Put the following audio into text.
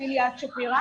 שמי ליאת שפירא.